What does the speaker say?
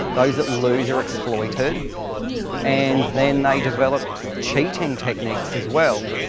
those that lose are exploited and then they develop cheating techniques as well.